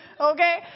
Okay